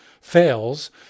fails